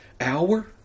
hour